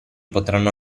potranno